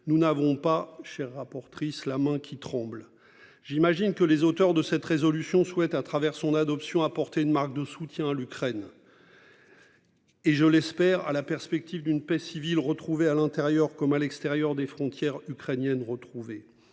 nous n'avons pas chez rapportrice la main qui tremble. J'imagine que les auteurs de cette résolution souhaite à travers son adoption apporter une marque de soutien à l'Ukraine. Et je l'espère à la perspective d'une paix civile retrouvée à l'intérieur comme à l'extérieur des frontières ukrainiennes. Or il est